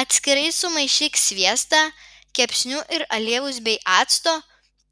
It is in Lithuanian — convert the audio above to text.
atskirai sumaišyk sviestą kepsnių ir aliejaus bei acto